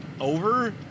over